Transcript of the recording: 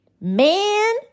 Man